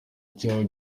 cyawe